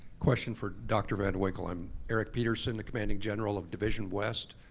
question for dr. van winkle. i'm erik peterson, commanding general of division west,